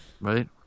Right